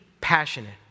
passionate